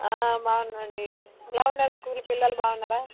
బాగున్నాను అండీ ఎలా ఉన్నారు స్కూల్ పిల్లలు బాగున్నారా